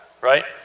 right